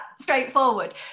straightforward